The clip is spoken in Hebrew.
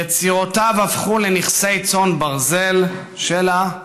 יצירותיו הפכו לנכסי צאן ברזל שלה,